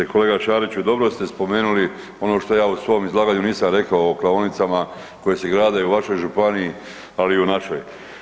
Kolega Šariću, dobro ste spomenuli ono što ja u svom izlaganju nisam rekao o klaonicama koje se grade u vašoj županiji, ali i u našoj.